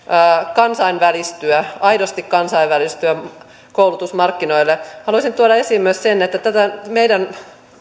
kansainvälistyä aidosti kansainvälistyä koulutusmarkkinoille haluaisin tuoda esiin myös sen että tätä meidän